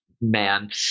man